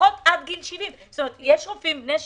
לפחות עד גיל 70. זאת אומרת, יש רופאים בני 65,